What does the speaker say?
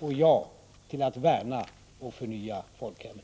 och ja till att värna och förnya folkhemmet!